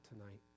tonight